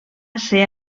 ser